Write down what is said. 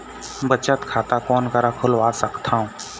बचत खाता कोन करा खुलवा सकथौं?